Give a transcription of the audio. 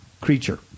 creature